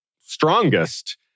strongest